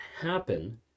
happen